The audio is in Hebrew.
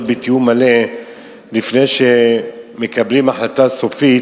בתיאום מלא לפני שמקבלים החלטה סופית,